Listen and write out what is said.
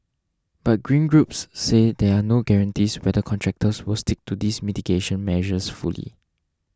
but green groups say there are no guarantees whether contractors will stick to these mitigation measures fully